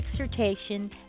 exhortation